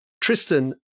Tristan